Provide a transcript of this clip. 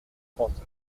trente